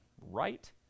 right